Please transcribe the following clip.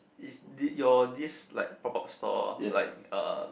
is d~ your this like pop up store like uh